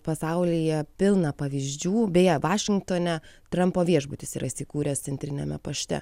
pasaulyje pilna pavyzdžių beje vašingtone trampo viešbutis yra įsikūręs centriniame pašte